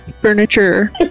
furniture